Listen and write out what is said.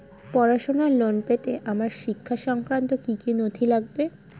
পড়াশুনোর লোন পেতে আমার শিক্ষা সংক্রান্ত কি কি নথি লাগবে?